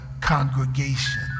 congregation